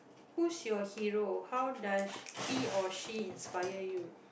whose your hero how does he or she inspire you